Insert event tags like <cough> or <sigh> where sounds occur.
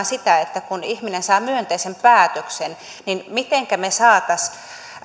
<unintelligible> sitä että kun ihminen saa myönteisen päätöksen niin mitenkä me saisimme